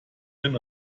den